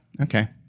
okay